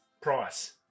price